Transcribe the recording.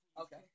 Okay